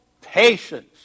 patience